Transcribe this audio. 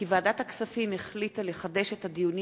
כי ועדת הכספים החליטה לחדש את הדיונים